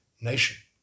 nation